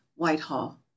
Whitehall